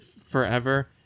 forever